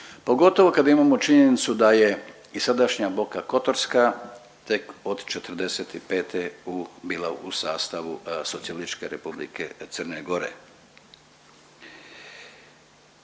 pogotovo kad imamo činjenicu da je i sadašnja Boka Kotorska tek od '45. bila u sastavu SR Crne Gore.